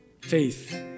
faith